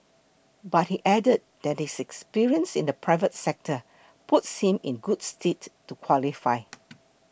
but he added that his experience in the private sector puts him in good stead to qualify